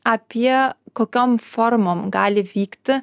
apie kokiom formom gali vykti